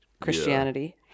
Christianity